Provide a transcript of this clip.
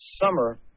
summer